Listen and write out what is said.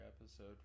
episode